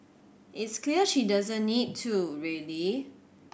it's clear she doesn't need to really